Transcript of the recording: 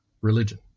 religion